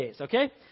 okay